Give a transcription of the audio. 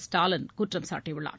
ஸ்டாலின் குற்றம் சாட்டியுள்ளார்